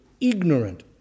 ignorant